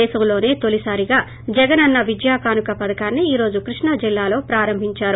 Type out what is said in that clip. దేశంలోసే తొలిసారిగా జగనన్న విద్యాకానుక పథకాన్ని ఈ రోజు కృష్ణా జిల్లాలో ప్రారంభించారు